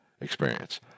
experience